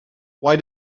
why